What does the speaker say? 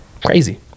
Crazy